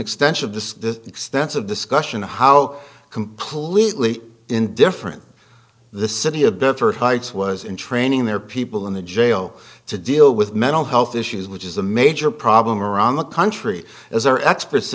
extension of the extensive discussion of how completely indifferent the city of bitter heights was in training their people in the jail to deal with mental health issues which is a major problem around the country as are experts